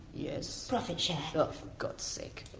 yes? profit share. for god's sake